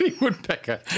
Woodpecker